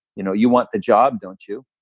you know, you want the job don't you?